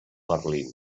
berlín